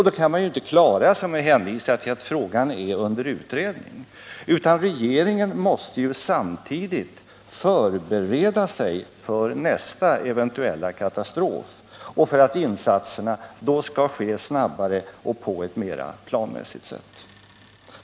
Då kan man inte klara sig med att hänvisa till att frågan är under utredning, utan regeringen måste samtidigt förbereda sig för nästa eventuella katastrof så att insatserna då kan ske snabbare och på ett mera planmässigt sätt.